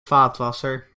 vaatwasser